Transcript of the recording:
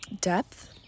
depth